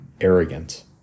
arrogant